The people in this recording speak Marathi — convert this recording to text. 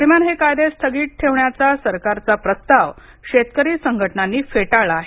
दरम्यान हे कायदे स्थगित ठेवण्याचा सरकारचा प्रस्ताव शेतकरी संघटनांनी फेटाळला आहे